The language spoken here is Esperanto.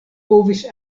povis